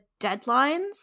deadlines